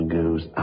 goes